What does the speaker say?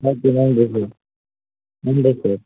okay நன்றி sir